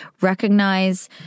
recognize